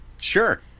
Sure